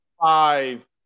five